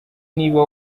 niba